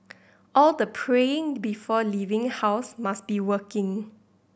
all the praying before leaving house must be working